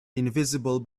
invisible